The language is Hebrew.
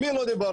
עם מי לא דיברתי,